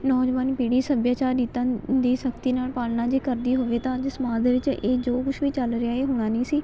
ਨੌਜਵਾਨ ਪੀੜੀ ਸੱਭਿਆਚਾਰ ਰੀਤਾਂ ਦੀ ਸਖ਼ਤੀ ਨਾਲ ਪਾਲਣਾ ਜੇ ਕਰਦੀ ਹੋਵੇ ਤਾਂ ਅੱਜ ਸਮਾਜ ਦੇ ਵਿੱਚ ਇਹ ਜੋ ਕੁਛ ਵੀ ਚੱਲ ਰਿਹਾ ਇਹ ਹੋਣਾ ਨਹੀਂ ਸੀ